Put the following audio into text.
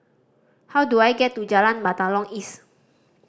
how do I get to Jalan Batalong East